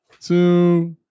two